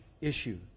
issue